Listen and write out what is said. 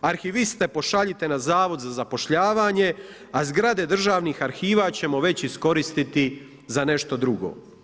Arhiviste pošaljite na Zavod za zapošljavanje, a zgrade državnih arhiva ćemo već iskoristiti za nešto drugo.